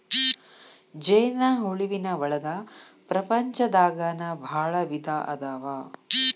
ಜೇನ ಹುಳುವಿನ ಒಳಗ ಪ್ರಪಂಚದಾಗನ ಭಾಳ ವಿಧಾ ಅದಾವ